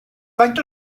faint